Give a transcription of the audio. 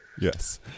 Yes